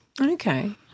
Okay